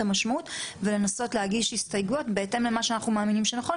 המשמעות ולנסות להגיש הסתייגויות בהתאם למה שאנחנו מאמינים שנכון,